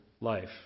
life